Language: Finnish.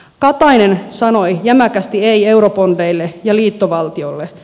katainen sanoi jämäkästi ei eurobondeille ja liittovaltiolle